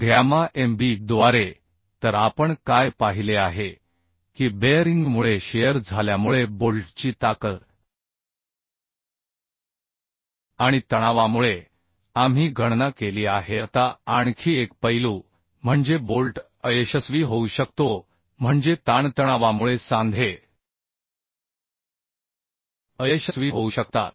gamma MB द्वारे तर आपण काय पाहिले आहे की बेअरिंगमुळे कातरणे झाल्यामुळे बोल्टची ताकद आणि तणावामुळे आम्ही गणना केली आहे आता आणखी एक पैलू म्हणजे बोल्ट अयशस्वी होऊ शकतो म्हणजे ताणतणावामुळे सांधे अयशस्वी होऊ शकतात